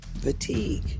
fatigue